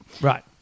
Right